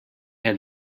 had